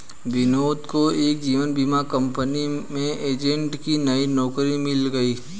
विनोद को एक जीवन बीमा कंपनी में एजेंट की नई नौकरी मिल गयी